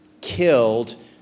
killed